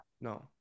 No